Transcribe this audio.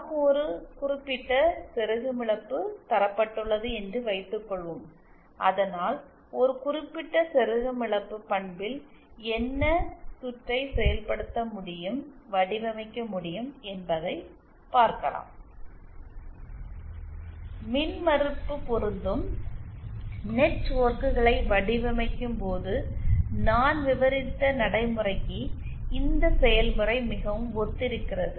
நமக்கு ஒரு குறிப்பிட்ட செருகும் இழப்பு தரப்பட்டுள்ளது என்று வைத்துக்கொள்வோம் அதனால் ஒரு குறிப்பிட்ட செருகும் இழப்பு பண்பில் என்ன சுற்றை செயல்படுத்த முடியும் வடிவமைக்க முடியும் என்பதை பார்க்கலாம் மின்மறுப்பு பொருந்தும் நெட்வொர்க்குகளை வடிவமைக்கும்போது நான் விவரித்த நடைமுறைக்கு இந்த செயல்முறை மிகவும் ஒத்திருக்கிறது